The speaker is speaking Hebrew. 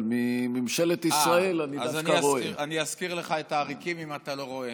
אז אני אזכיר לך את העריקים, אם אתה לא רואה,